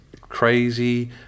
crazy